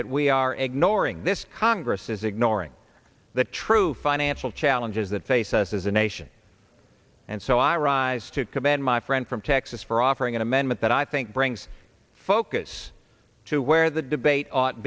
that we are ignoring this congress is ignoring the true financial challenges that face us as a nation and so i rise to commend my friend from texas for offering an amendment that i think brings focus to where the debate ought